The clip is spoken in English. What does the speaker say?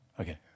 Okay